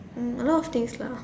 um a lot of things lah